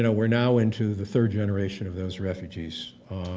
and we're now into the third generation of those refugees.